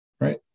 right